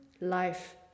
life